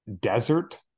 desert